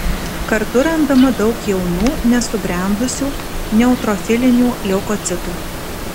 kartu randama daug jaunų nesubrendusių neutrofilinių leukocitų